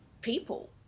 people